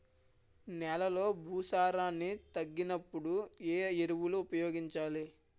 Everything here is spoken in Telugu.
నెలలో భూసారాన్ని తగ్గినప్పుడు, ఏ ఎరువులు ఉపయోగించాలి?